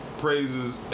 praises